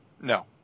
No